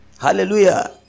Hallelujah